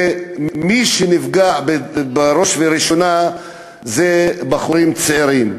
מי שנפגע בראש ובראשונה זה בחורים צעירים.